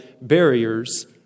barriers